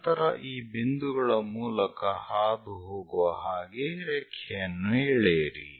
ನಂತರ ಈ ಬಿಂದುಗಳ ಮೂಲಕ ಹಾದುಹೋಗುವ ಹಾಗೆ ರೇಖೆಯನ್ನು ಎಳೆಯಿರಿ